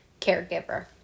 caregiver